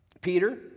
Peter